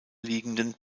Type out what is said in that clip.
liegenden